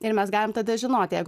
ir mes galim tada žinoti jeigu